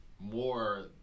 more